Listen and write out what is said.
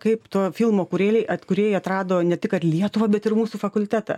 kaip to filmo kūrėjai atkūrėjai atrado ne tik kad lietuvą bet ir mūsų fakultetą